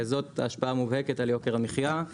זאת השפעה מובהקת על יוקר המחיה,